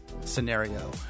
scenario